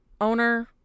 owner